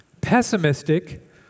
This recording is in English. pessimistic